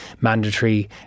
mandatory